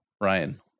Ryan